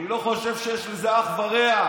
אני לא חושב שיש לזה אח ורע.